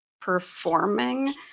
performing